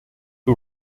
who